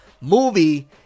movie